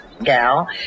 gal